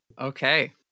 Okay